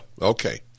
okay